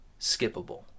skippable